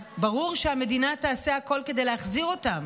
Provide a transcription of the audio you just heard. אז ברור שהמדינה תעשה הכול כדי להחזיר אותם.